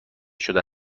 شده